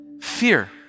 fear